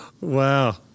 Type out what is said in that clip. Wow